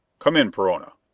come in perona!